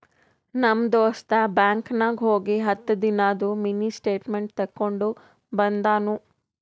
ನಮ್ ದೋಸ್ತ ಬ್ಯಾಂಕ್ ನಾಗ್ ಹೋಗಿ ಹತ್ತ ದಿನಾದು ಮಿನಿ ಸ್ಟೇಟ್ಮೆಂಟ್ ತೇಕೊಂಡ ಬಂದುನು